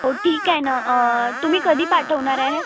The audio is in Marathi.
ठीक आहे ना तुम्ही कधी पाठवणार आहे